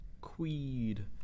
Queed